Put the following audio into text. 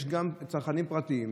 יש גם צרכנים פרטיים.